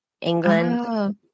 England